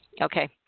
Okay